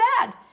sad